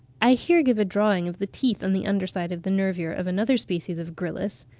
i here give a drawing of the teeth on the under side of the nervure of another species of gryllus,